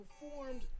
performed